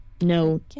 no